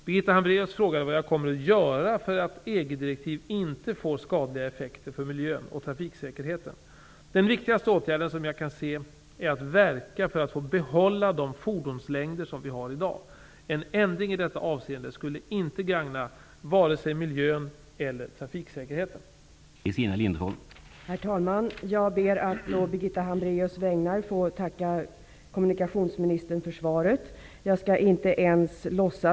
Birgitta Hambraeus frågade vad jag kommer att göra för att EG-direktiv inte får skadliga effekter för miljön och trafiksäkerheten. Den viktigaste åtgärden som jag kan se är att verka för att få behålla de fordonslängder som vi i dag har. En ändring i detta avseende skulle inte gagna vare sig miljön eller trafiksäkerheten. Då Birgitta Hambraeus, som framställt frågan, anmält att hon var förhindrad att närvara vid sammanträdet, medgav förste vice talmannen att